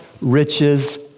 riches